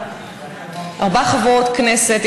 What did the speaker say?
ארבע חברות כנסת,